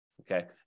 Okay